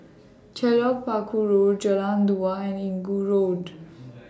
Telok Paku Road Jalan Dua and Inggu Road